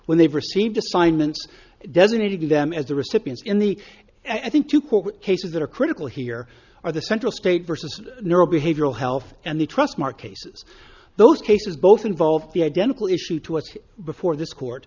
when they've received assignments designating them as the recipients in the i think two court cases that are critical here are the central state versus neural behavioral health and the trustmark ace's those cases both involved the identical issue to us before this court